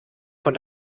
von